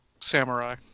samurai